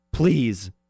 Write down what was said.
Please